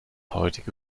heutige